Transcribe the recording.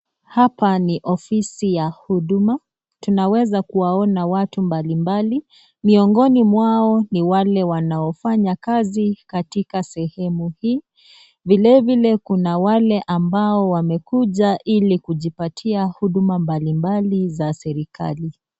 Hapa ni ofisi ya huduma. Tunaweza kuwaona watu mbalimbali. Miongoni mwao ni wale wanaofanya kazi katika sehemu hii. Vilevile kuna wale ambao wamekuja ili kujipatia huduma mbalimbali za serikali.